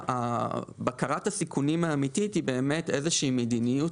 בקרת הסיכונים האמיתית היא באמת איזושהי מדיניות